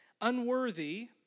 Unworthy